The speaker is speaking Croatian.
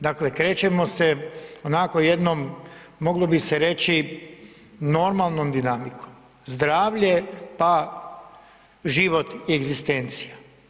Dakle, krećemo se onako jednom moglo bi se reći normalnom dinamikom, zdravlje pa život i egzistencija.